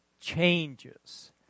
changes